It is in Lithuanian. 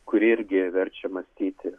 kuri irgi verčia mąstyti